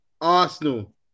Arsenal